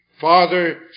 Father